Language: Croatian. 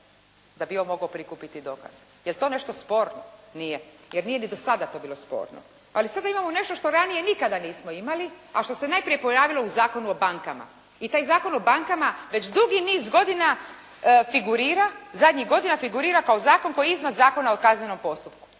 da bi on mogao prikupiti dokaze. Jer to nešto sporno? Nije. Jer nije ni do sada to bilo sporno. Ali sada imamo nešto što ranije nikada nismo imali, a što se najprije pojavilo u Zakonu o bankama i taj Zakon o bankama već dugi niz godina figurira, zadnjih godina figurira kao zakon koji je izvan Zakona o kaznenom postupku,